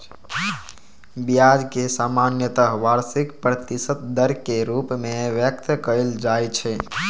ब्याज कें सामान्यतः वार्षिक प्रतिशत दर के रूप मे व्यक्त कैल जाइ छै